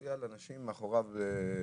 והפריע לאנשים לראות.